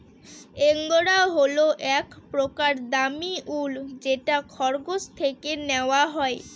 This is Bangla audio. এঙ্গরা হল এক প্রকার দামী উল যেটা খরগোশ থেকে নেওয়া হয়